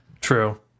True